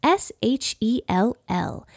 shell